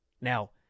Now